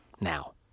now